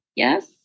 Yes